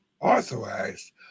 authorized